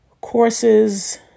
courses